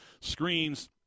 screens